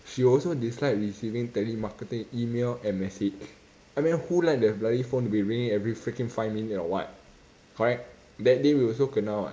she also dislike receiving telemarketing email and message I mean who like the bloody phone to be ringing every freaking five minute or what correct that day we also kena [what]